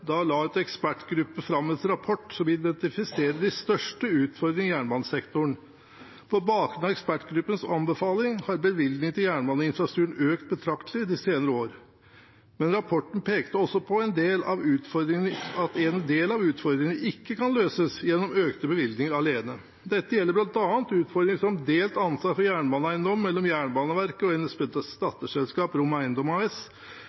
Da la en ekspertgruppe fram en rapport som identifiserer de største utfordringene i jernbanesektoren. På bakgrunn av ekspertgruppens anbefaling har bevilgningene til jernbaneinfrastruktur økt betraktelig de senere år. Rapporten pekte også på at en del av utfordringene ikke kan løses gjennom økte bevilgninger alene. Dette gjelder bl.a. utfordringer som delt ansvar for jernbaneeiendom mellom Jernbaneverket og